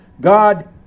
God